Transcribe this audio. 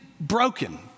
broken